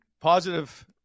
positive